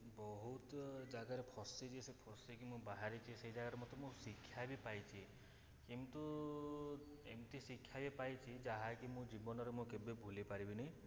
ବହୁତ ଜାଗାରେ ଫସିଛି ସେ ଫସିକି ମୁଁ ବାହାରିଛି ସେ ଜାଗାରେ ମୋତେ ମୁଁ ଶିକ୍ଷା ବି ପାଇଛି କିନ୍ତୁ ଏମତି ଶିକ୍ଷା ବି ପାଇଛି ଯାହାକି କି ମୁଁ ଜୀବନରେ ମୋ କେବେ ଭୁଲି ପାରିବିନି